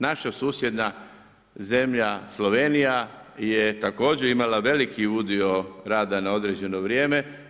Naša susjedna zemlja Slovenija je također imala veliki udio rada na određeno vrijeme.